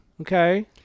Okay